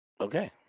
Okay